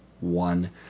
one